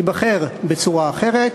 ייבחר בצורה אחרת,